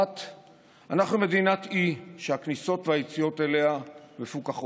1. אנחנו מדינת אי שהכניסות והיציאות שלה מפוקחות,